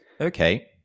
Okay